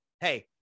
hey